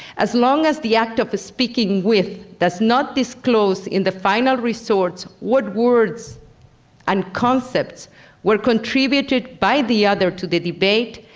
as long as the act of speaking with does not disclose in the final resorts with words and concepts were contributed by the other to the debate,